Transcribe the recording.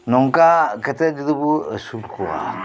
ᱱᱚᱝᱠᱟ ᱠᱟᱛᱮᱫ ᱡᱩᱫᱤ ᱵᱚ ᱟᱹᱥᱩᱞ ᱠᱚᱜᱼᱟ